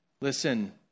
Listen